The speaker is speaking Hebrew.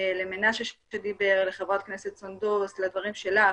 מנשה לוי וחברת הכנסת סונדוס ולדברים שלך,